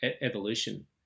evolution